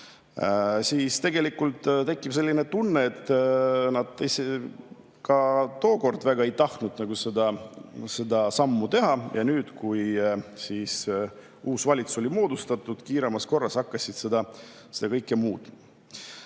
siis tegelikult tekib selline tunne, et nad ka tookord väga ei tahtnud seda sammu teha. Ja nüüd, kui uus valitsus oli moodustatud, kiiremas korras hakkasid seda kõike